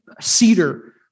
cedar